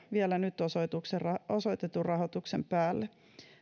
vielä nyt osoitetun osoitetun rahoituksen päälle